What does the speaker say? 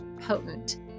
potent